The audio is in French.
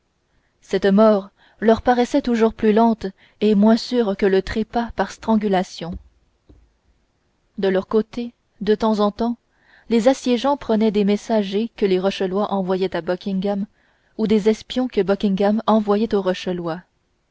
cette mort leur paraissait toujours plus lente et moins sûre que le trépas par strangulation de leur côté de temps en temps les assiégeants prenaient des messagers que les rochelois envoyaient à buckingham ou des espions que buckingham envoyait